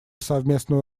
совместную